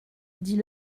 dit